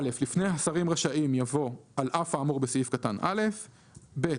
(א) לפני "השרים רשאים" יבוא "על אף האמור בסעיף קטן (א)"; (ב)